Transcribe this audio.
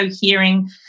hearing